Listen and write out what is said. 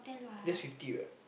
that's fifty what